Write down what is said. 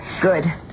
good